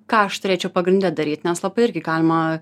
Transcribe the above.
ką aš turėčiau pagrinde daryt nes labai irgi galima